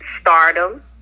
stardom